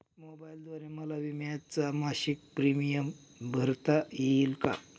मोबाईलद्वारे मला विम्याचा मासिक प्रीमियम भरता येईल का?